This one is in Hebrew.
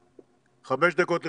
חמש דקות לרשותך.